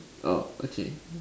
oh okay